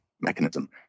mechanism